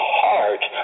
heart